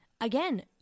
Again